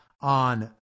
on